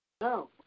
No